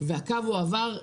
והקו הועבר.